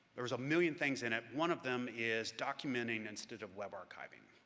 there was a million things in it one of them is documenting instead of web archiving.